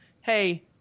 hey